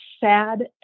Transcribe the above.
sad